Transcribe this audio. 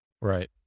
right